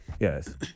yes